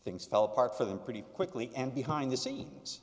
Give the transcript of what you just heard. things fell apart for them pretty quickly and behind the scenes